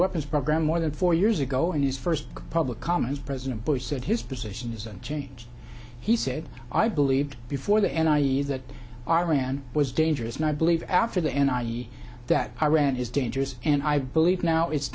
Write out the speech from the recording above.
weapons program more than forty years ago in his first public comments president bush said his position is unchanged he said i believed before the end i e that iran was dangerous and i believe after the end i e that iran is dangerous and i believe now it's